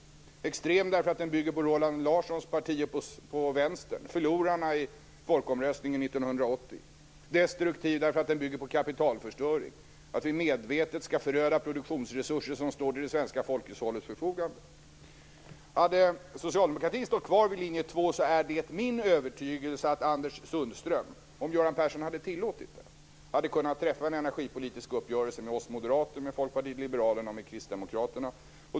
Den är extrem därför att den bygger på Roland Larssons parti och på Vänstern, förlorarna i folkomröstningen 1980. Den är destruktiv därför att den bygger på kapitalförstöring, dvs. att vi medvetet skall föröda produktionsresurser som står till det svenska folkhushållets förfogande. Hade socialdemokratin stått kvar vid linje 2 är det min övertygelse att Anders Sundström, om Göran Persson hade tillåtit det, hade kunnat träffa en energipolitisk uppgörelse med oss moderater, med Folkpartiet liberalerna och med Kristdemokraterna.